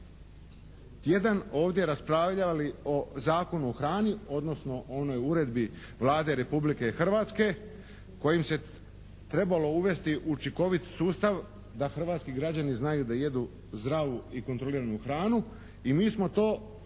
tjedan ovdje raspravljali o Zakonu o hrani, odnosno onoj uredbi Vlade Republike Hrvatske kojim se trebalo uvesti učinkovit sustav da hrvatski građani znaju da jedu zdravu i kontroliranu hranu i mi smo to odložili